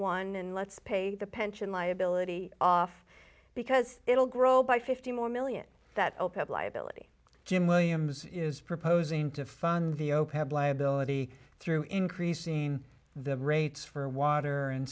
one and let's pay the pension liability off because it'll grow by fifty more million that open liability jim williams is proposing to fund the zero pad liability through increasing the rates for water and